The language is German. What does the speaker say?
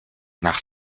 nach